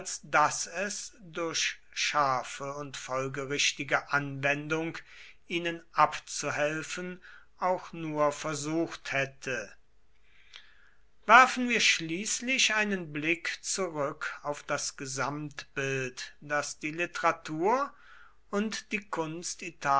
daß es durch scharfe und folgerichtige anwendung ihnen abzuhelfen auch nur versucht hätte werfen wir schließlich einen blick zurück auf das gesamtbild das die literatur und die kunst